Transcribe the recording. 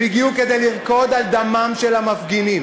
הם הגיעו כדי לרקוד על דמם של המפגינים.